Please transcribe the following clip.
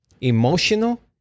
emotional